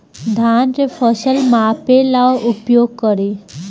धान के फ़सल मापे ला का उपयोग करी?